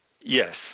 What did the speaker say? Yes